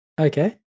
Okay